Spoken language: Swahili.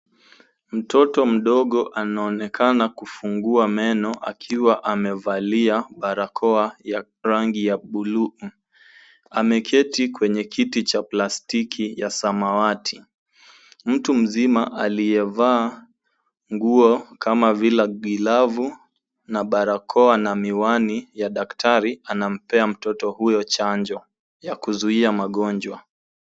Mtoto mdogo anaonekana kufungua meno akiwa amevalia barakoa ya rangi ya buluu. Ameketi kwenye kiti cha plastiki ya samawati. Mtu mzima aliyevaa nguo kama vile glavu na barakoa na miwani ya daktari anampea mtoto huyo chanjo ya kuzuia magonjwa.